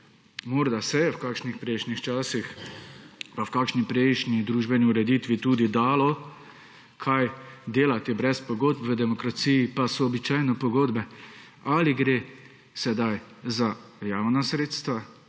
morda se je v kakšnih prejšnjih časih pa v kakšni prejšnji družbeni ureditvi tudi dalo kaj delati brez pogodb v demokraciji pa so običajno pogodbe. Ali gre sedaj za javna sredstva,